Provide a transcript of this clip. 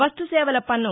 వస్తు సేవల పన్ను